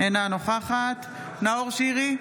אינה נוכחת נאור שירי,